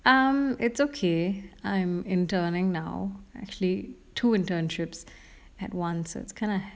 um it's okay I'm interning now actually two internships at once so it's kinda